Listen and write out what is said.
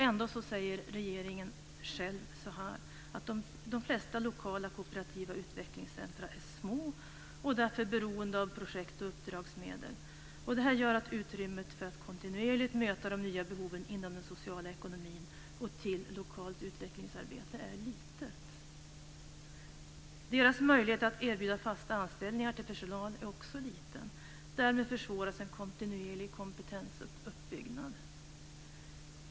Ändå säger regeringen själv att de flesta lokala kooperativa utvecklingscentrum är små och att de därför är beroende av projektoch uppdragsmedel. Det här gör att utrymmet för att kontinuerligt möta de nya behoven inom den sociala ekonomin och vad gäller lokalt utvecklingsarbete är litet. Möjligheten att erbjuda personal fast anställning är också liten. Därmed försvåras en kontinuerlig kompetensuppbyggnad.